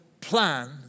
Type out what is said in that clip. plan